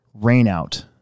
rainout